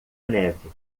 neve